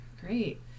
Great